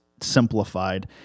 simplified